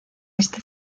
este